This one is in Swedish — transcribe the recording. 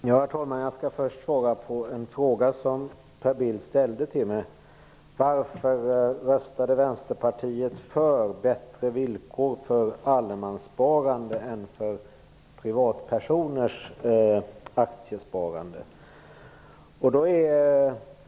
Herr talman! Jag skall först svara på en fråga som Per Bill ställde till mig, nämligen varför Vänsterpartiet röstade för bättre villkor för allemanssparande än för privatpersoners aktiesparande.